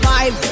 Five